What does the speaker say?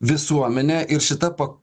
visuomene ir šita pa